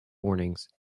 warnings